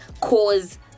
cause